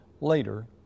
later